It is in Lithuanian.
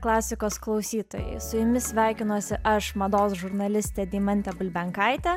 klasikos klausytojai su jumis sveikinuosi aš mados žurnalistė deimantė bulbenkaitė